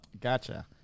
Gotcha